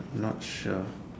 not sure